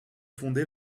fondé